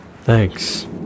thanks